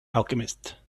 alchemist